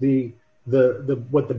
the the what the